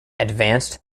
advanced